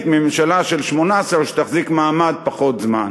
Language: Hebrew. מממשלה של 18 שתחזיק מעמד פחות זמן.